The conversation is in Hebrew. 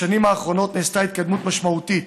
בשנים האחרונות נעשתה התקדמות משמעותית